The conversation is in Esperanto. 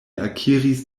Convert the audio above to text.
akiris